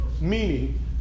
meaning